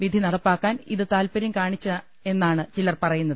വിധി നടപ്പാക്കാൻ അതി താൽപര്യം കാണിച്ചെന്നാണ് ചിലർ പറയുന്നത്